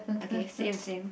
okay same same